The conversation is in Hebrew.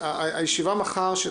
הישיבה מחר של